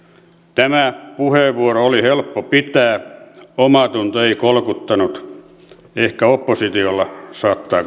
tämä puheenvuoro oli helppo pitää omatunto ei kolkuttanut ehkä oppositiolla saattaa